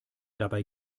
dabei